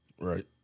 Right